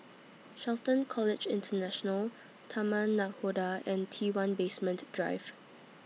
Shelton College International Taman Nakhoda and T one Basement Drive